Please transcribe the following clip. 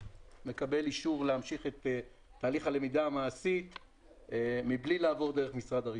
מקבל אישור להמשיך את תהליך הלמידה המעשי מבלי לעבור דרך משרד הרישוי.